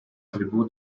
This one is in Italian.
tribù